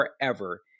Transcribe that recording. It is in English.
forever